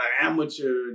amateur